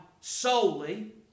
solely